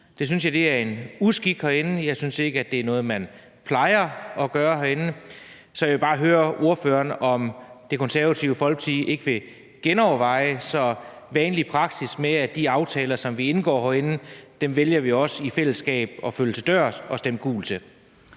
Det synes jeg er en uskik herinde; jeg synes ikke, det er noget, man plejer at gøre herinde. Så jeg vil bare høre ordføreren, om Det Konservative Folkeparti ikke vil genoverveje det, så vanlig praksis med, at de aftaler, som vi indgår herinde, vælger vi også i fællesskab at følge til dørs og stemme gult til.